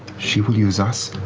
she will use us,